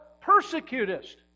persecutest